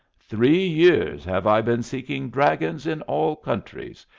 three years have i been seeking dragons in all countries,